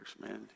man